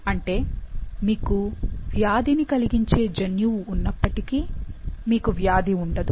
అంటే మీకు వ్యాధిని కలిగించే జన్యువు ఉన్నపటికీ మీకు వ్యాధి ఉండదు